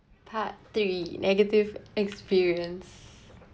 part three negative experience